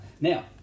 Now